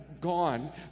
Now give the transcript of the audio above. gone